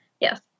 Yes